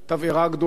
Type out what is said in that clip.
שמעוניינים